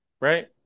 right